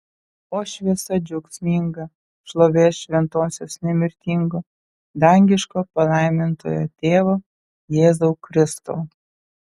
o šviesa džiaugsminga šlovės šventosios nemirtingo dangiško palaimintojo tėvo jėzau kristau